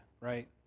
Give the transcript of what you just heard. right